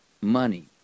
money